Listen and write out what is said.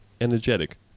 energetic